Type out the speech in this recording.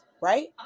right